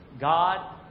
God